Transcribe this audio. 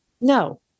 No